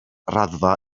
raddfa